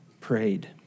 prayed